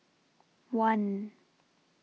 one